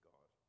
God